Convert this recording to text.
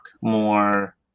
more